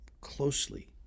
closely